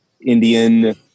Indian